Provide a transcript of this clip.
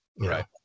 right